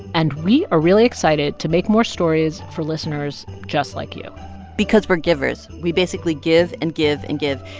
and we are really excited to make more stories for listeners just like you because we're givers. we basically give and give and give.